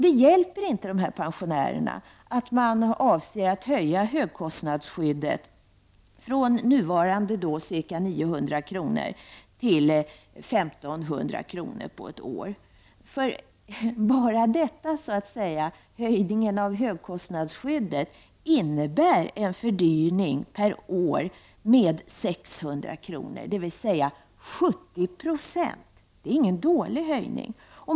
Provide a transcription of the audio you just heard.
Det hjälper inte de här pensionärerna att man avser att höja högkostnadsskyddet från nuvarande ca 900 kr. till 1 500 kr. på ett år. Bara höjningen av högkostnadsskyddet innebär ju en fördyring per år med 600 kr., dvs. med 70 %, och det är ingen dålig höjning.